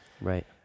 Right